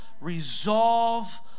resolve